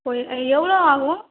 full எவ்வளோ ஆகும்